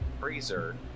freezer